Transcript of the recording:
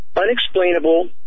Unexplainable